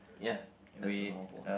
ya there's a small pond